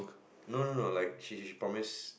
no no no like she she she promised